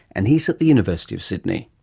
and he's at the university of sydney.